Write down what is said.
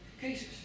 cases